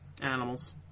Animals